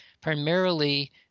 primarily